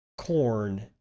Corn